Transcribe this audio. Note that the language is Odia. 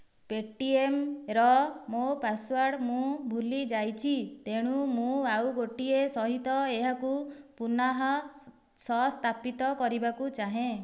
ପେ'ଟିଏମ୍ର ମୋ ପାସୱାର୍ଡ଼ ମୁଁ ଭୁଲି ଯାଇଛି ତେଣୁ ମୁଁ ଆଉ ଗୋଟିଏ ସହିତ ଏହାକୁ ପୁନଃ ସଂସ୍ଥାପିତ କରିବାକୁ ଚାହେଁ